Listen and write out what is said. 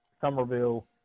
Somerville